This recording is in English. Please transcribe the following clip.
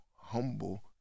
humble